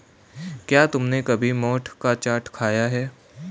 क्या तुमने कभी मोठ का चाट खाया है?